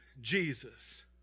Jesus